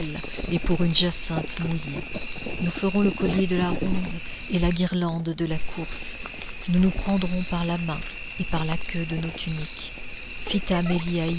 et pour une jacinthe mouillée nous ferons le collier de la ronde et la guirlande de la course nous nous prendrons par la main et par la queue de nos tuniques phitta meliaï